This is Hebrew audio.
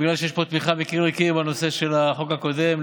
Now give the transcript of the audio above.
בגלל שיש פה תמיכה מקיר לקיר בנושא של החוק הקודם,